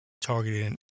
Targeted